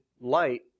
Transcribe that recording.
light